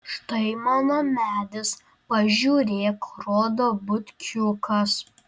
štai mano medis pažiūrėk rodo butkiukas